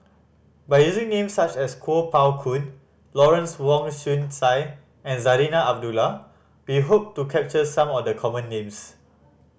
by using names such as Kuo Pao Kun Lawrence Wong Shyun Tsai and Zarinah Abdullah we hope to capture some of the common names